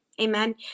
Amen